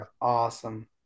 awesome